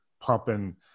pumping